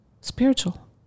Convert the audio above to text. spiritual